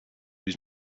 was